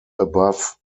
above